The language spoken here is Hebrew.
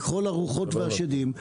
לכל הרוחות והשדים,